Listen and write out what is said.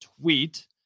tweet